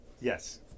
Yes